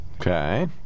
Okay